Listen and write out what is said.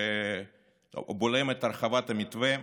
שבולם את הרחבת המתווה,